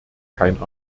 kein